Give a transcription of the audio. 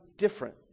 different